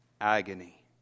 agony